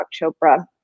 Chopra